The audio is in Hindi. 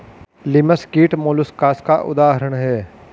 लिमस कीट मौलुसकास का उदाहरण है